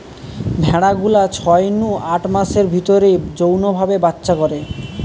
ভেড়া গুলা ছয় নু আট মাসের ভিতরেই যৌন ভাবে বাচ্চা করে